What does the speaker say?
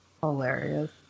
hilarious